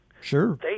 Sure